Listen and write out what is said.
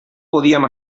podíem